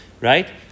right